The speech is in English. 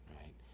right